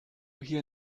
hier